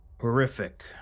horrific